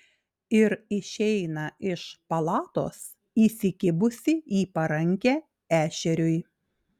ir išeina iš palatos įsikibusi į parankę ešeriui